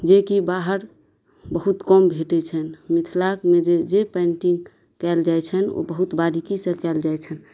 जेकि बाहर बहुत कम भेटै छै मिथिलामे जे जे पेन्टिंग कयल जाइ छै ओ बहुत बारीकी सऽ कयल जाइ छैनश